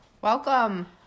Welcome